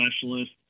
Specialist